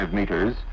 meters